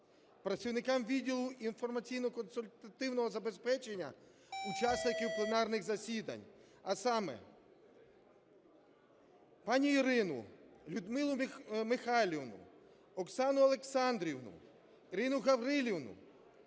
працівникам відділу інформаційно-консультативного забезпечення учасників пленарних засідань, а саме: пані Ірину, Людмилу Михайлівну, Оксану Олександрівну, Ірину Гаврилівну,